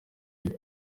nabo